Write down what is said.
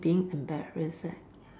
to being embarrassed right